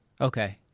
Okay